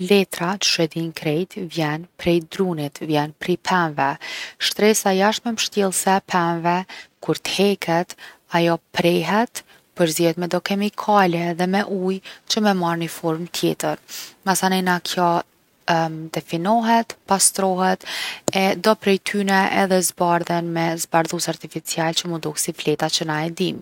Letra qysh e dijnë krejt vjen prej drunit, vjen prej pemve. Shtresa e jashtme mbështjellse e pemve, kur t’heket ajo prehet, përzihet me do kemikale edhe me ujë që me marr formë tjetër. Masanena kjo definohet, pastrohet, e do prej tyne edhe zbardhen me zbardhus artificial që mu dok si fleta që na e dim.